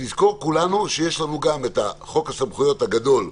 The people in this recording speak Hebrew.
נזכור כולנו שיש לנו גם את חוק הסמכויות הגדול,